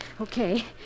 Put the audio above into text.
Okay